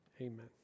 Amen